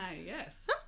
yes